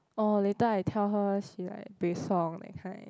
orh later I tell her she like buay song that kind